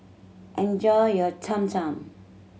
enjoy your Cham Cham